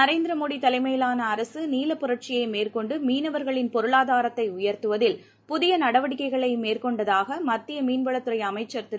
நரேந்திர மோடி தலைமையிலான அரசு நீல புரட்சியை மேற்கொன்டு மீனவர்களின் பொருளாதாரத்தை உயர்த்துவதில் புதிய நடவடிக்கைகளை மேற்கொண்டதாக மத்திய மீன் வளத்துறை அமைச்சர் திரு